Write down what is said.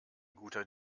guter